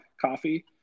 coffee